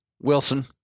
Wilson